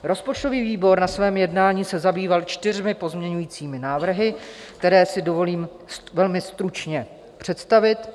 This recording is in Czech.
Rozpočtový výbor se na svém jednání zabýval čtyřmi pozměňujícími návrhy, které si dovolím velmi stručně představit.